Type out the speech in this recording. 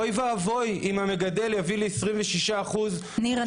אוי ואבוי אם המגדל יביא לי 26% --- ניר,